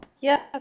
Yes